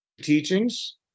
teachings